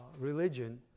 religion